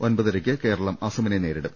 ഒമ്പതരയ്ക്ക് കേരളം അസമിനെ നേരിടും